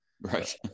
Right